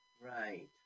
Right